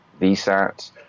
VSAT